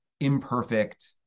imperfect